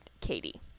Katie